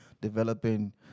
developing